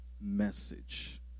Message